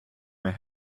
mehr